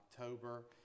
October